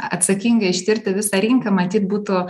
atsakingai ištirti visą rinką matyt būtų